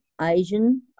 Asian